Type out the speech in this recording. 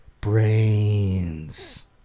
brains